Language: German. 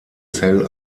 zell